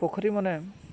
ପୋଖରୀମାନେ